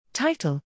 Title